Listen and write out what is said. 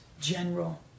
general